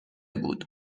بود